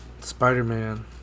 Spider-Man